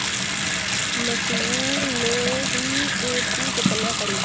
मसूर में डी.ए.पी केतना पड़ी?